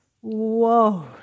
whoa